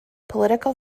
political